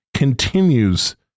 continues